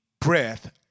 breath